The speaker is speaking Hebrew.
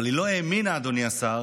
אבל היא לא האמינה, אדוני השר,